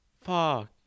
Fuck